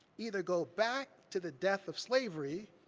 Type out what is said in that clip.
either go back to the death of slavery,